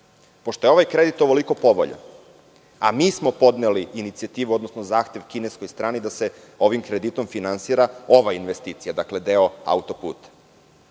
Pošto je ovaj kredit ovoliko povoljan, a mi smo podneli inicijativu odnosno zahtev kineskoj strani da se ovim kreditom finansira ova investicija, dakle deo auto-puta,